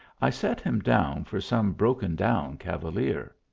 i set him down for some broken-down cavalier.